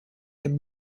him